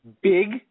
Big